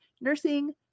nursing